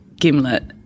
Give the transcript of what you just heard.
Gimlet